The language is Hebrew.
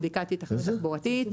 בדיקת היתכנות תחבורתית.